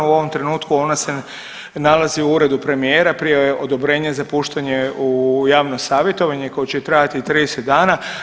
U ovom trenutku ona se nalazi u uredu premijera prije odobrenja za puštanje u javno savjetovanje koje će trajati 30 dana.